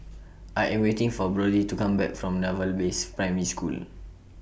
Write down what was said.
I Am waiting For Brody to Come Back from Naval Base Primary School